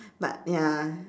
but ya